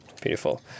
beautiful